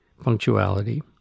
punctuality